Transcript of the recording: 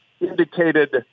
indicated